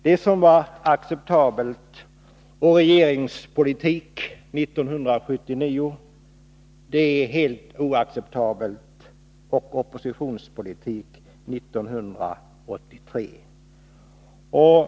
Det som var acceptabelt i regeringspolitiken 1979 är helt oacceptabelt i oppositionspolitiken 1983.